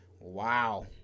wow